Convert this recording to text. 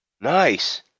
nice